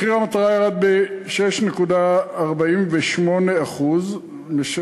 מחיר המטרה ירד ב-6.48% משקף